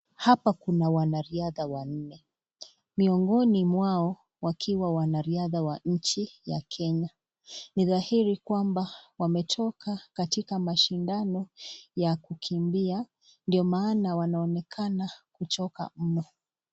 Hapa kuna wanariadha wanne , miongoni mwao wakiwa wanariadha wa nchi ya Kenya ni dahiri kwamba wametika katika mashindano ya kukimbia ndio maana wanonekana kuchoka mno.